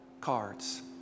cards